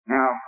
Now